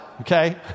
Okay